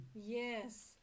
Yes